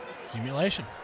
simulation